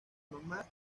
mamá